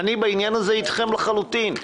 אני בעניין הזה איתכם לחלוטין.